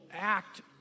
act